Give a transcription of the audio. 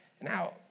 Now